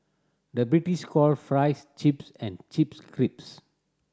the British call fries chips and chips